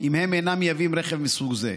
אם הם אינם מייבאים רכב מסוג זה.